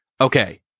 okay